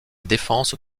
défense